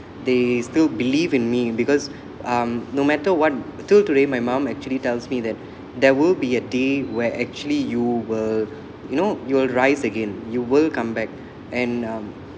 they still believe in me because um no matter what till today my mum actually tells me that there will be a day where actually you will you know you will rise again you will come back and um